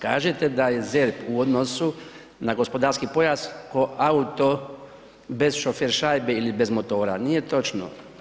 Kažete da je ZERP u odnosu na gospodarski pojas kao auto bez šofer šajbe ili bez motora, nije točno.